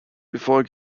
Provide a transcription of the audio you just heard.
before